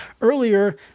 earlier